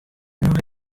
noch